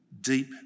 deep